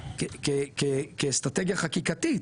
כאסטרטגיה חקיקתית,